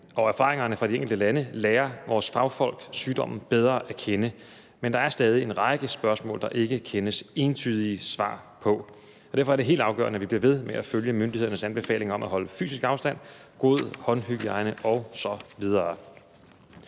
og erfaringerne fra de enkelte lande lærer vores fagfolk sygdommen bedre at kende, men der er stadig en række spørgsmål, der ikke findes entydige svar på. Derfor er det helt afgørende, at vi bliver ved med at følge myndighedernes anbefalinger om at holde fysisk afstand, have god håndhygiejne osv.